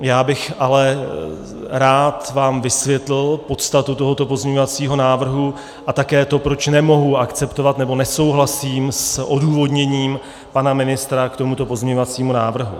Já bych vám ale rád vysvětlil podstatu tohoto pozměňovacího návrhu a také to, proč nemohu akceptovat, nebo nesouhlasím s odůvodněním pana ministra k tomuto pozměňovacímu návrhu.